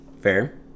Fair